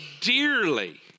dearly